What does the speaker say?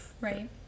right